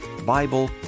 Bible